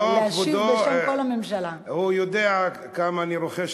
למה את ממהרת?